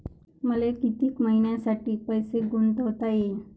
मले कितीक मईन्यासाठी पैसे गुंतवता येईन?